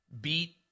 beat